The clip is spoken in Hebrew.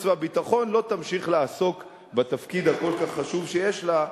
והביטחון לא תמשיך לעסוק בתפקיד הכל-כך חשוב שיש לה.